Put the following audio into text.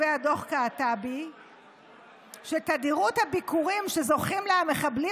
קעטבי שתדירות הביקורים שזוכים לה המחבלים